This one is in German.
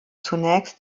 zunächst